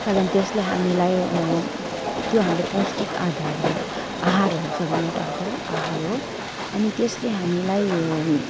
कारण त्यसले हामीलाई त्यो हाम्रो पौष्टिक आधार हो आहार हो सरी नट आधार आहार हो अनि त्यसले हामीलाई यो